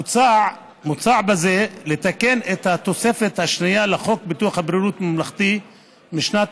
מוצע בזה לתקן את התוספת השנייה לחוק ביטוח בריאות ממלכתי משנת